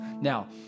Now